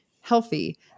healthy